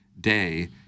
Day